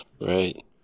right